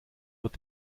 wird